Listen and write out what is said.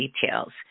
details